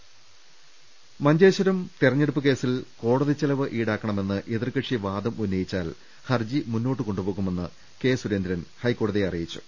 അട്ട്ട്ട്ട്ട്ട്ട്ട മഞ്ചേശ്വരം തെരഞ്ഞെടുപ്പ് കേസിൽ കോടതിച്ചെലവ് ഈടാക്കണമെന്ന് എതിർകക്ഷി വാദം ഉന്നയിച്ചാൽ ഹർജി മുന്നോട്ടു കൊണ്ടുപോകുമെന്ന് കെ സുരേന്ദ്രൻ ഹൈക്കോടതിയെ അറിയിച്ചു